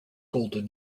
golden